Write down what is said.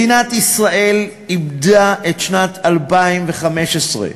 מדינת ישראל איבדה את שנת 2015,